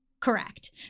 Correct